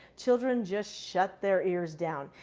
children just shut their ears down.